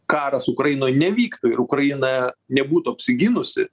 karas ukrainoj nevyktų ir ukraina nebūtų apsigynusi